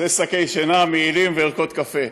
אז יש שקי שינה, מעילים וערכות קפה.